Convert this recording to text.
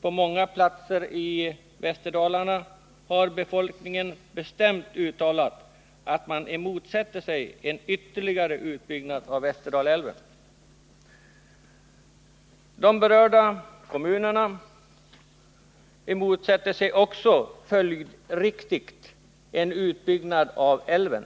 på många platser i Västerdalarna har befolkningen bestämt uttalat att man motsätter sig en ytterligare utbyggnad av Västerdalälven. De berörda kommunerna motsätter sig också följdriktigt en utbyggnad av älven.